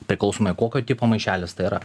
priklausomai kokio tipo maišelis tai yra